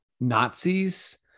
Nazis